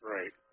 Right